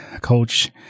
coach